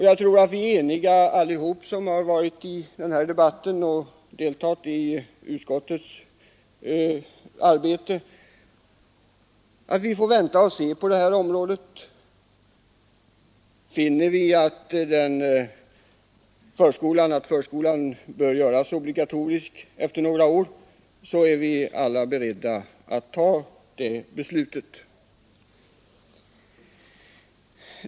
Jag tror att alla vi som har deltagit i utskottets arbete och som varit med i debatten är eniga om att vi får tänka över och se vad som händer på det här området. Finner vi att förskolan bör göras obligatorisk efter några år är vi säkert beredda att fatta beslut därom.